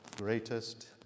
greatest